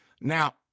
Now